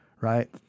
Right